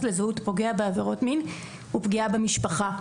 לזהות פוגע בעבירות מין הוא פגיעה במשפחה.